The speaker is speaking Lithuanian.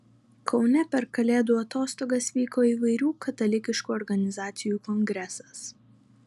kaune per kalėdų atostogas vyko įvairių katalikiškų organizacijų kongresas